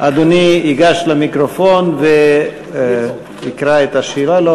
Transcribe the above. אדוני ייגש למיקרופון וייקרא את השאלה.